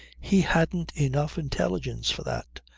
he hadn't enough intelligence for that.